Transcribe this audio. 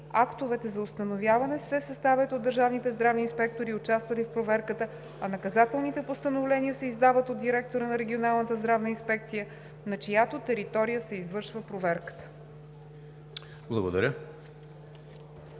актовете за установяване се съставят от държавните здравни инспектори, участвали в проверката, а наказателните постановления се издават от директора на регионалната здравна инспекция, на чиято територия се извършва проверката.“